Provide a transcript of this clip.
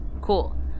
Cool